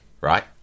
right